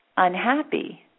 unhappy